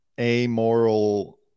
amoral